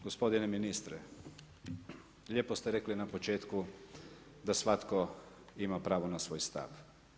Gospodine ministre, lijepo ste rekli na početku, da svatko ima pravo na svoj stav.